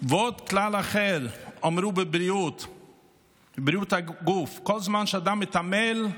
"ועוד כלל אחר אמרו בבריאות הגוף: כל זמן שאדם מתעמל,